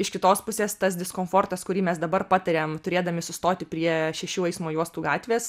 iš kitos pusės tas diskomfortas kurį mes dabar patiriam turėdami sustoti prie šešių eismo juostų gatvės